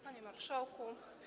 Panie Marszałku!